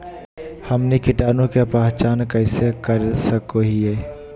हमनी कीटाणु के पहचान कइसे कर सको हीयइ?